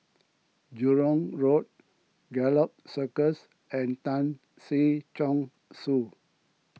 Jurong Road Gallop Circus and Tan Si Chong Su